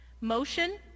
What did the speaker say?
motion